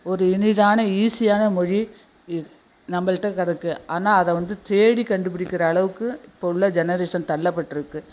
ஒரு இனிதான ஈஸியான மொழி இ நம்மள்ட்ட கிடக்கு ஆனால் அதை வந்து தேடி கண்டுப்பிடிக்கிற அளவுக்கு இப்போ உள்ள ஜெனரேஷன் தள்ளப்பட்டிருக்கு